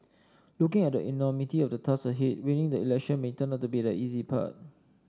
looking at the enormity of the tasks ahead winning the election may turn out to be the easy part